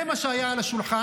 זה מה שהיה על השולחן,